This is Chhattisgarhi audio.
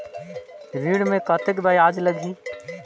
ऋण मे कतेक ब्याज लगही?